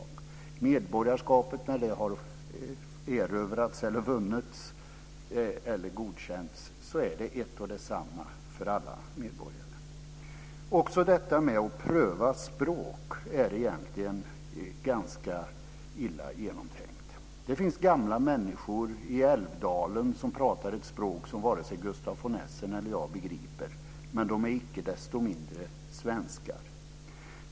När medborgarskapet har erövrats, vunnits eller godkänts så är det ett och detsamma för alla medborgare. Detta med att pröva språk är egentligen också ganska illa genomtänkt. Det finns gamla människor i Älvdalen som pratar ett språk som varken Gustaf von Essen eller jag begriper, men de är icke desto mindre svenskar.